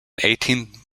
eighteen